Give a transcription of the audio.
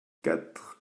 quatre